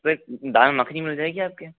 एक दाल मखनी मिल जाएगी आपके यहाँ